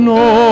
no